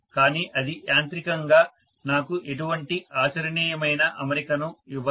కానీ అది యాంత్రికంగా నాకు ఎటువంటి ఆచరణీయమైన అమరికను ఇవ్వదు